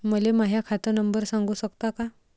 मले माह्या खात नंबर सांगु सकता का?